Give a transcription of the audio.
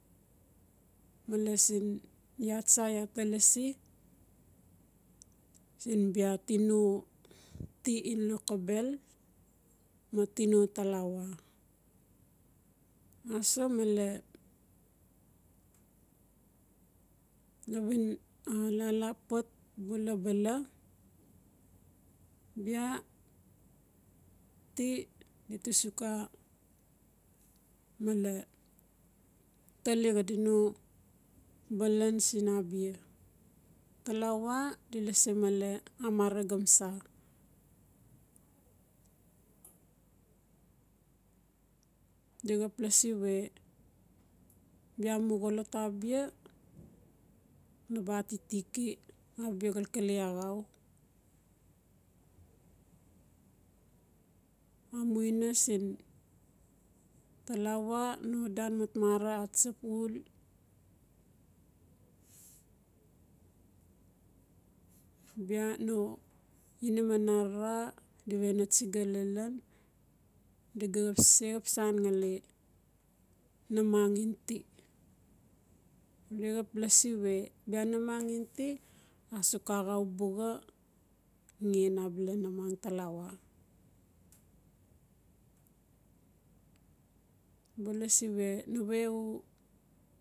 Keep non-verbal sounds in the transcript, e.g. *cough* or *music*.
Male siin iaa tsa iaa ta lasi, siin bia tino ti in lokobel ma tino talawa. Aso mele *hesitation* lavin lalapat bula ba la, bia ti gita suk a mele tali xadi no balan siin a bia. Talawa di lasi mele amarang gamsa di xap lasi we bia mu xolot a bia na ba atitiki a bia xalkele axau *hesitation* amuna siin talawa no dan mat marang a tsap ul *hesitation* bia no inaman arara di we na tsiga lalan di *noise* xap se san ngali namang ngan ti, di xap lasi we bia namang ngan ti a suk axau buxa ngan a bla namang ngan talawa *hesitation* ba lasi we newa u.